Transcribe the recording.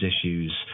issues